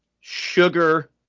sugar